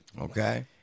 okay